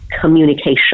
communication